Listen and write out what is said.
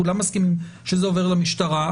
כולם מסכימים שזה עובר למשטרה.